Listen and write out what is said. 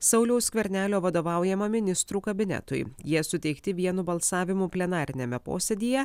sauliaus skvernelio vadovaujamam ministrų kabinetui jie suteikti vienu balsavimu plenariniame posėdyje